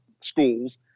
schools